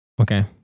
Okay